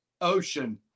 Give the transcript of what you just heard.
Ocean